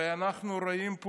הרי אנחנו רואים פה